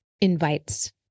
invites